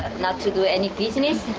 not to do any business,